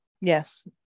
yes